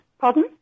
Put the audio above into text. Pardon